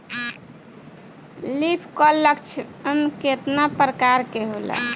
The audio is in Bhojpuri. लीफ कल लक्षण केतना परकार के होला?